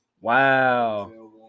Wow